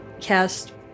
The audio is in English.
cast